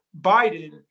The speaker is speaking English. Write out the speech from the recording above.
Biden